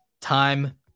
time